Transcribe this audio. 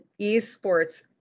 esports